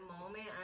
moment